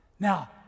Now